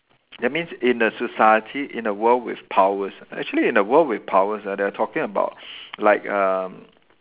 that means in a society in a world with powers actually in a world with powers ah they are talking about like um